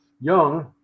Young